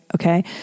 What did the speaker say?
Okay